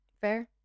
Fair